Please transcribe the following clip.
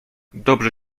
dobrze